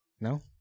No